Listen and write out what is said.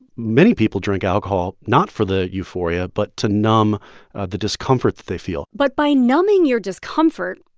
many people drink alcohol, not for the euphoria but to numb the discomfort that they feel but by numbing your discomfort,